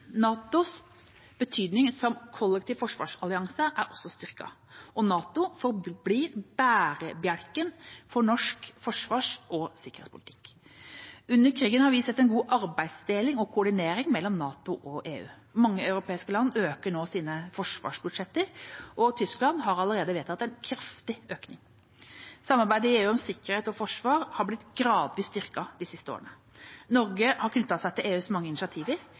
NATOs betydning som kollektiv forsvarsallianse er også styrket. NATO forblir bærebjelken for norsk forsvars- og sikkerhetspolitikk. Under krigen har vi sett en god arbeidsdeling og koordinering mellom NATO og EU. Mange europeiske land øker nå sine forsvarsbudsjetter. Tyskland har allerede vedtatt en kraftig økning. Samarbeidet i EU om sikkerhet og forsvar har blitt gradvis styrket de siste årene. Norge har knyttet seg til EUs mange initiativer